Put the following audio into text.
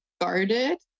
guarded